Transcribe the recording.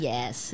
Yes